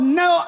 no